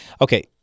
Okay